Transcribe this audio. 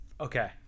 Okay